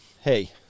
hey